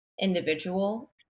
individual